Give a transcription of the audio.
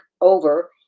over